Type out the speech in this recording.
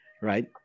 Right